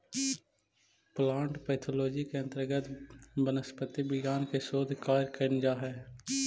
plant pathology के अंतर्गत वनस्पति विज्ञान में शोध कार्य कैल जा हइ